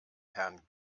herrn